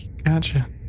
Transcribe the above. Gotcha